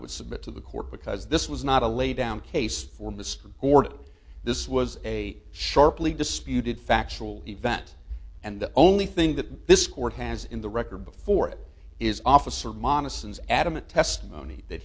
would submit to the court because this was not a lay down case for mr orde this was a sharply disputed factual event and the only thing that this court has in the record before it is officer monis and adamant testimony that